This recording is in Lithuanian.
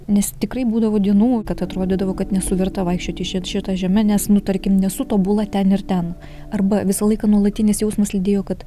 nes tikrai būdavo dienų kad atrodydavo kad nesu verta vaikščioti šit šita žeme nes nu tarkim nesu tobula ten ir ten arba visą laiką nuolatinis jausmas lydėjo kad